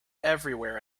everywhere